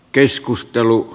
keskustelu